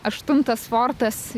aštuntas fortas